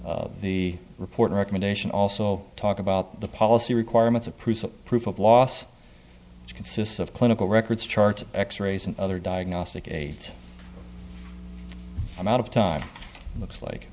g the report recommendation also talk about the policy requirements of proof proof of loss consists of clinical records charts of x rays and other diagnostic eight amount of time looks like